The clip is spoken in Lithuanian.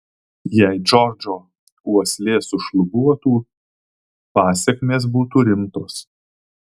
jei džordžo uoslė sušlubuotų pasekmės būtų rimtos